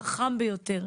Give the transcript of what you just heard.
החכם ביותר,